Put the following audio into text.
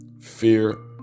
fear